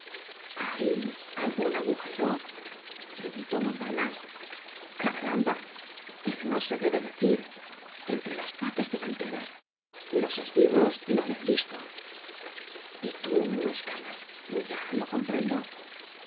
hay algun agujero preguntó montparnase caramba pero no se debe decir entre las patas delanteras los esbirros no le han visto y tú escalas ya lo comprendo